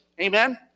Amen